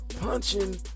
Punching